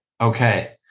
okay